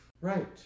right